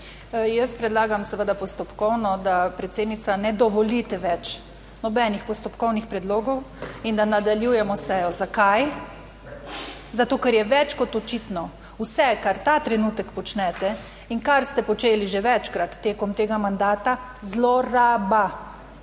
jaz predlagam seveda postopkovno, da predsednica ne dovolite več nobenih postopkovnih predlogov in da nadaljujemo sejo. Zakaj? Zato, ker je več kot očitno vse kar ta trenutek počnete in kar ste počeli že večkrat tekom tega mandata zloraba.